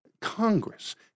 Congress